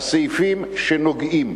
הסעיפים שנוגעים